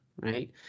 right